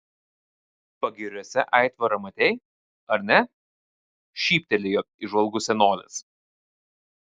pagiriuose aitvarą matei ar ne šyptelėjo įžvalgus senolis